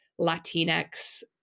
latinx